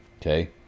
Okay